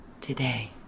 today